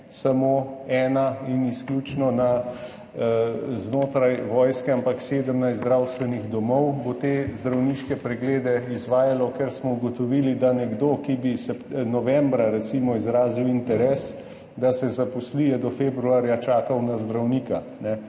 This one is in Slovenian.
samo ena in izključno znotraj vojske, ampak bo 17 zdravstvenih domov izvajalo te zdravniške preglede, ker smo ugotovili, da bi nekdo, ki bi recimo novembra izrazil interes, da se zaposli, do februarja čakal na zdravnika,